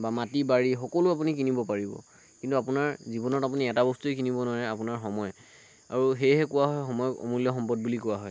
বা মাটি বাৰী সকলো আপুনি কিনিব পাৰিব কিন্তু আপোনাৰ জীৱনত আপুনি এটা বস্তুৱে কিনিব নোৱাৰে আপোনাৰ সময় আৰু সেয়েহে কোৱা হয় সময় অমূল্য সম্পদ বুলি কোৱা হয়